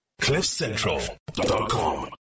Cliffcentral.com